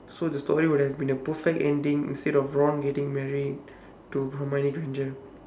so the story would have been a perfect ending instead of ron getting married to hermione granger